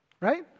right